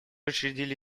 учредили